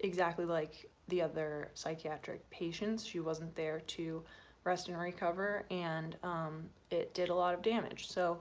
exactly like the other psychiatric patients she wasn't there to rest and recover and it did a lot of damage. so